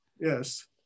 yes